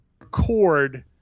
record